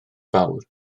fawr